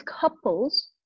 couples